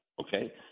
Okay